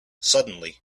suddenly